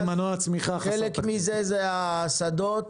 חלק מזה זה השדות.